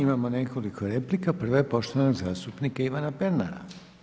Imamo nekoliko replika, prva je poštovanog zastupnika Ivana Pernara.